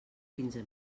quinze